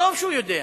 טוב שהוא יודע.